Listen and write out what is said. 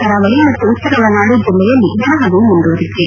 ಕರಾವಳಿ ಮತ್ತು ಉತ್ತರ ಒಳನಾಡು ಜಿಲ್ಲೆಯಲ್ಲಿ ಒಣಹವೆ ಮುಂದುವರಿದಿದೆ